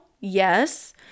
Yes